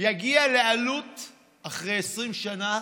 יגיע אחרי 20 שנה